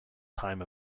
time